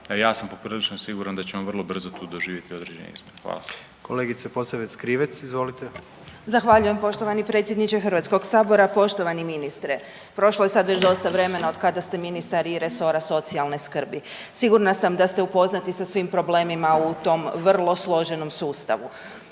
ja sam poprilično siguran da ćemo vrlo brzo to doživjeti određene izmjene. Hvala. **Jandroković, Gordan (HDZ)** Kolegice Posavec Krivec, izvolite. **Posavec Krivec, Ivana (Nezavisni)** Zahvaljujem poštovani predsjedniče HS-a, poštovani ministre. Prošlo je sad već dosta vremena od kada ste ministar iz resora socijalne skrbi. Sigurna sam da ste upoznati sa svim problemima u tom vrlo složenom sustavu.